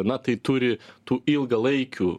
na tai turi tų ilgalaikių